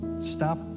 Stop